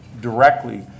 directly